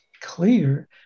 clear